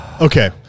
Okay